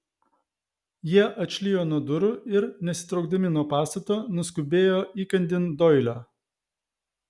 jie atšlijo nuo durų ir nesitraukdami nuo pastato nuskubėjo įkandin doilio